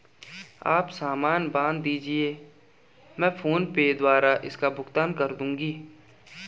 आप सामान बांध दीजिये, मैं फोन पे द्वारा इसका भुगतान कर दूंगी